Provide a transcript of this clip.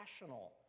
rational